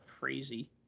Crazy